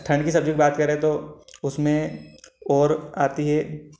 ठंड की सब्जियों की बात करें तो उसमें और आती है